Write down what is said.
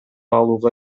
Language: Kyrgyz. алууга